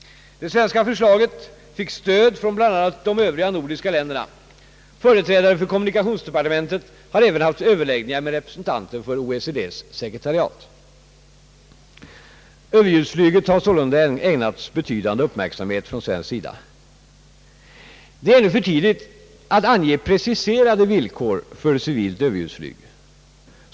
Det svenska förslaget fick stöd från bl.a. de övriga nordiska länderna. Företrädare för kommunikationsdepartementet har även haft överläggningar med representanter för OECD:s sekretariat. Överljudsflyget har sålunda ägnats betydande uppmärksamhet från svensk sida. Det är ännu för tidigt att ange pre ciserade villkor för civilt överljudsflyg.